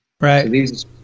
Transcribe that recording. Right